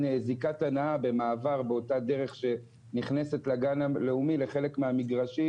זיקת הנאה במעבר באותה דרך שנכנסת לגן הלאומי לחלק מהמגרשים,